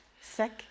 sick